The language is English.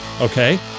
Okay